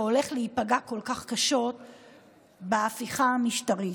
שהולך להיפגע כל כך קשה בהפיכה המשטרית.